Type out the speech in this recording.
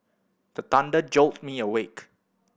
the thunder jolt me awake